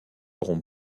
rond